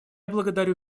благодарю